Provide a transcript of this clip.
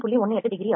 18 degree ஆகும்